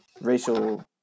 racial